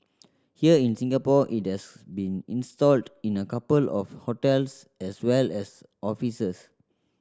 here in Singapore it has been installed in a couple of hotels as well as offices